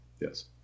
Yes